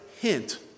hint